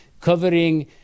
covering